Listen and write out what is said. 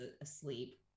asleep